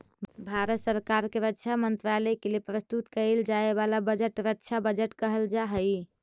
भारत सरकार के रक्षा मंत्रालय के लिए प्रस्तुत कईल जाए वाला बजट रक्षा बजट कहल जा हई